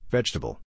Vegetable